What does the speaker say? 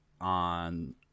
on